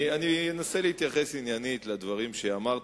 אני אנסה להתייחס עניינית לדברים שאמרת,